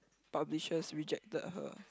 publishers rejected her